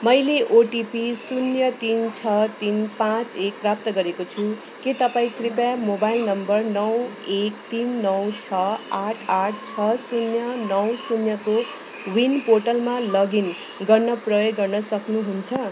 मैले ओटिपी शून्य तिन छ तिन पाँच एक प्राप्त गरेको छु के तपाईँँ कृपया मोबाइल नम्बर नौ एक तिन नौ छ आठ आठ छ शून्य नौ शून्य कोविन पोर्टलमा लगइन गर्न प्रयोग गर्न सक्नुहुन्छ